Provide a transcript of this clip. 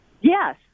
yes